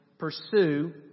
pursue